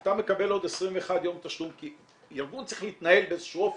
אתה מקבל עוד 21 יום תשלום כי ארגון צריך להתנהל באיזשהו אופן.